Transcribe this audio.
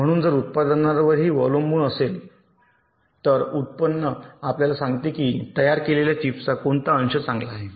म्हणूनच जर उत्पन्नावरही अवलंबून असेल तर उत्पन्न आपल्याला सांगते की तयार केलेल्या चिप्सचा कोणता अंश चांगला आहे